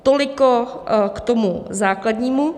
Toliko k tomu základnímu.